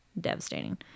devastating